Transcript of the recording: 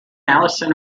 allison